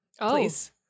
please